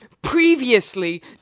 previously